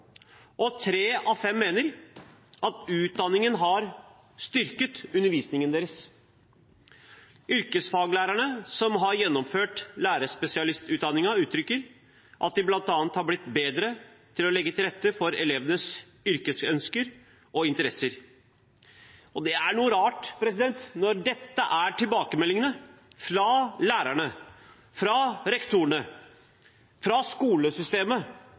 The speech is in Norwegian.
og tre av fem mener at utdanningen har styrket undervisningen deres. Yrkesfaglærerne som har gjennomført lærerspesialistutdanningen, uttrykker at de bl.a. er blitt bedre til å legge til rette for elevenes yrkesønsker og interesser. Det er noe rart her – når dette er tilbakemeldingene fra lærerne, fra rektorene og fra skolesystemet